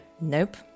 Nope